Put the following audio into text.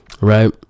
Right